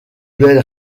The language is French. belle